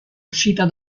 uscita